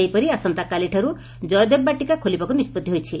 ସେହିପରି ଆସନ୍ତାକାଲିଠାରୁ ଜୟଦେବ ବଟିକା ଖୋଲିବାକୁ ନିଷ୍ବଉି ହୋଇଛି